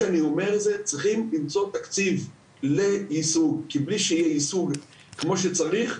צריך למצוא תקציב ל- כמו שצריך,